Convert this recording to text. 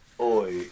Oi